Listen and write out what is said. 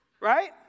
right